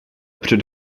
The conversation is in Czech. před